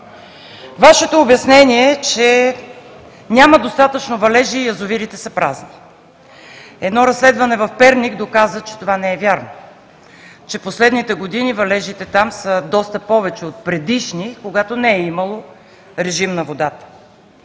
Вашето обяснение е, че няма достатъчно валежи и язовирите са празни. Едно разследване в Перник доказа, че това не е вярно, че последните години валежите там са доста повече от предишни, когато не е имало режим на водата.